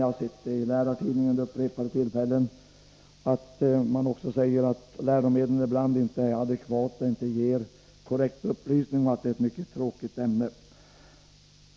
Jag har vid upprepade tillfällen sett i Lärartidningen att man också säger att läromedlen ibland inte är adekvata, inte ger korrekt upplysning, och att det är ett mycket tråkigt ämne.